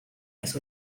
las